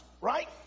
Right